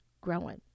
growing